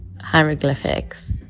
hieroglyphics